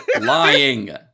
lying